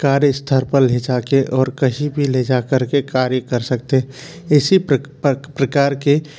कार्यस्थल पर ले जाके और कहीं भी ले जाकर के कार्य कर सकते इसी प्रकार के